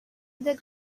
their